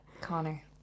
Connor